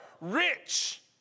rich